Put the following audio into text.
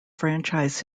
franchise